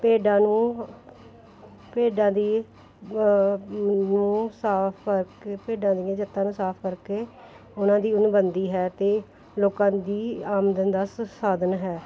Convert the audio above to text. ਭੇਡਾਂ ਨੂੰ ਭੇਡਾਂ ਦੀ ਨੂੰ ਸਾਫ਼ ਕਰਕੇ ਭੇਡਾਂ ਦੀਆਂ ਜੱਤਾਂ ਨੂੰ ਸਾਫ਼ ਕਰਕੇ ਉਹਨਾਂ ਦੀ ਉੱਨ ਬਣਦੀ ਹੈ ਅਤੇ ਲੋਕਾਂ ਦੀ ਆਮਦਨ ਦਾ ਸ ਸਾਧਨ ਹੈ